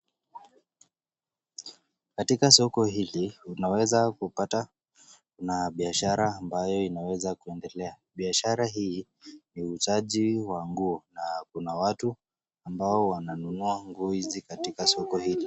Katika soko hili tunaweza kupata na biashara ambayo inaweza kuendelea. Biashara hii ni uuzaji wa nguo na kuna watu ambao wananunua nguo hizi katika soko hili.